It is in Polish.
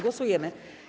Głosujemy.